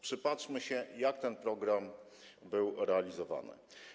Przypatrzmy się, jak ten program był realizowany.